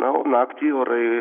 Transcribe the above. na o naktį orai